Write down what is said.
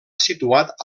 situat